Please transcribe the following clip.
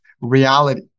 reality